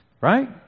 right